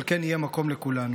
אבל כן יהיה מקום לכולנו.